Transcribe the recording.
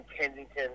Kensington